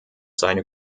seine